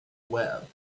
web